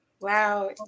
wow